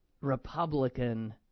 Republican